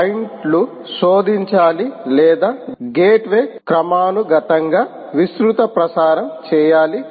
క్లయింట్లు శోధించాలి లేదా గేట్వే క్రమానుగతంగా విస్తృత ప్రసారం చేయాలి